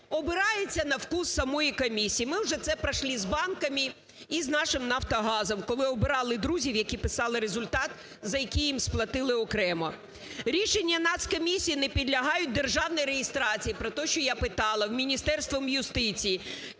обирається на вкус самої комісії. Ми це вже пройшли з банками і з нашим "Нафтогазом", коли обирали друзів, які писали результат за який їм сплатили окремо. Рішення Нацкомісії не підлягають державній реєстрації про те, що я питала, Міністерством юстиції.